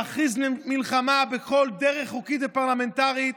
להכריז מלחמה בכל דרך חוקית ופרלמנטרית,